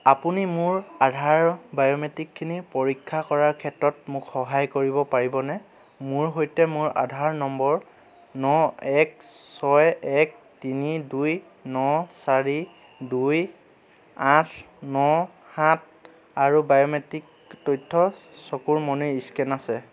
আপুনি মোৰ আধাৰৰ বায়োমেট্ৰিকখিনি পৰীক্ষা কৰাৰ ক্ষেত্ৰত মোক সহায় কৰিব পাৰিবনে মোৰ সৈতে মোৰ আধাৰ নম্বৰ ন এক ছয় এক তিনি দুই ন চাৰি দুই আঠ ন সাত আৰু বায়'মেট্ৰিক তথ্য চকুৰ মণিৰ স্কেন আছে